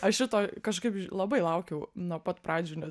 aš šito kažkaip labai laukiau nuo pat pradžių